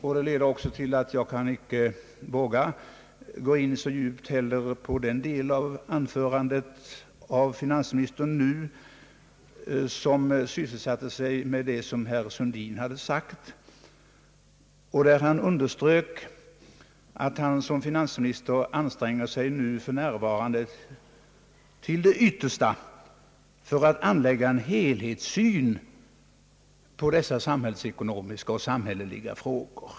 Detta leder också till att jag inte vågar gå så djupt in på den del av finansministerns anförande, som sysselsatte sig med det herr Sundin sagt och där finansministern underströk att han som finansminister nu anstränger sig till det yttersta för att anlägga en helhetssyn på dessa samhällsekonomiska och samhälleliga frågor.